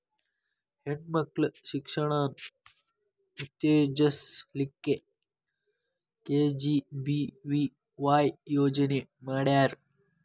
ಹೆಣ್ ಮಕ್ಳ ಶಿಕ್ಷಣಾನ ಉತ್ತೆಜಸ್ ಲಿಕ್ಕೆ ಕೆ.ಜಿ.ಬಿ.ವಿ.ವಾಯ್ ಯೋಜನೆ ಮಾಡ್ಯಾರ್